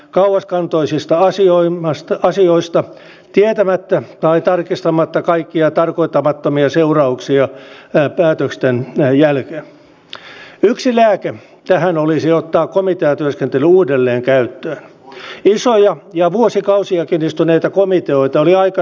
kuten edustaja jyrki kasvi tässä samaisessa salissa tänä päivänä totesi jossakin puheenvuorossaan se uhka mikä sieltä tulee voi olla jopa suurempi uhka kuin mikä fyysinen uhka rajoihimme kohdistuu